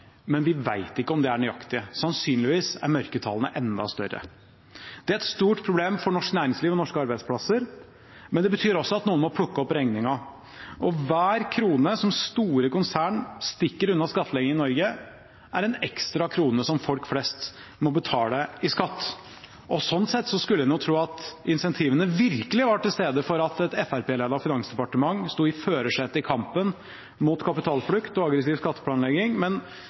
men vi vet ikke om de er nøyaktige. Sannsynligvis er mørketallene enda større. Det er et stort problem for norsk næringsliv og norske arbeidsplasser, men det betyr også at noen må plukke opp regningen. Hver krone som store konsern stikker unna skattlegging i Norge, er en ekstra krone som folk flest må betale i skatt. Sånn sett skulle man tro at incentivene virkelig var til stede for at et Fremskrittsparti-ledet finansdepartement sto i førersetet i kampen mot kapitalflukt og aggressiv skatteplanlegging,